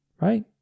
right